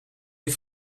est